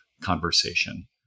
conversation